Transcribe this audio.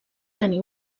tenir